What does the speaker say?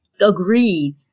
agreed